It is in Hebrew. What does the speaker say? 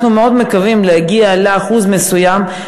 אנחנו מאוד מקווים להגיע לאחוז מסוים,